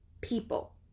people